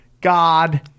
God